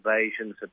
invasions